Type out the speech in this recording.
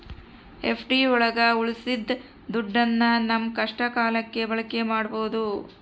FD ಒಳಗ ಉಳ್ಸಿದ ದುಡ್ಡನ್ನ ನಮ್ ಕಷ್ಟ ಕಾಲಕ್ಕೆ ಬಳಕೆ ಮಾಡ್ಬೋದು